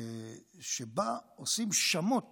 שבה עושים שמות